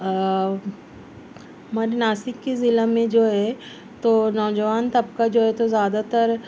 ہمارے ناسک کے ضلع میں جو ہے تو نوجوان طبقہ جو ہے تو زیادہ تر